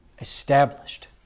established